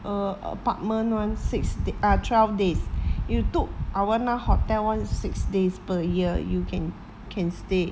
err apartment one six d~ ah twelve days you took awana hotel one six days per year you can can stay